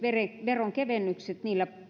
veronkevennyksillä